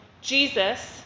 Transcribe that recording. Jesus